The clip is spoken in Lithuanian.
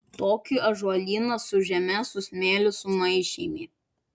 tokį ąžuolyną su žeme su smėliu sumaišėme